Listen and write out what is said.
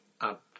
up